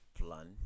plan